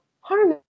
Harmony